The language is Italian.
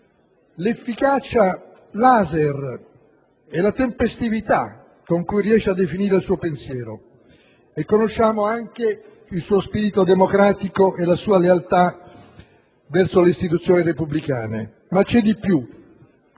l'efficacia laser e la tempestività con cui riesce a definire il suo pensiero. Conosciamo anche il suo spirito democratico e la sua lealtà verso le istituzioni repubblicane; ma c'è di più.